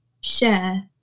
share